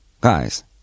Guys